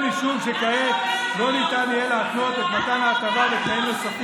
למה לא 100%?